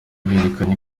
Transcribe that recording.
berekanye